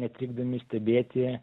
netrikdomi stebėti